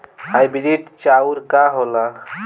Hybrid चाउर का होला?